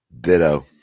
Ditto